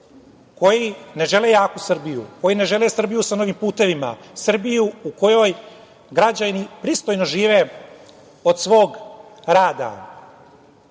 koji ne žele jaku Srbiju, koji ne žele Srbiju sa novim putevima, Srbiju u kojoj građani pristojno žive od svog